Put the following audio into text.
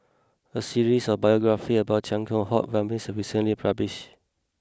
a series of biographies about Chia Keng Hock Vikram was recently published